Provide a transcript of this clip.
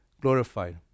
glorified